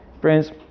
Friends